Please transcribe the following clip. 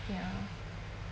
ya